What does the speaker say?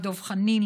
לדב חנין,